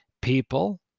People